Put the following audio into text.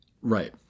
Right